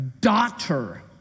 Daughter